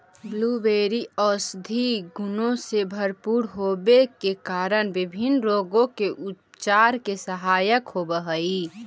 blueberry औषधीय गुणों से भरपूर होवे के कारण विभिन्न रोगों के उपचार में सहायक होव हई